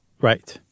Right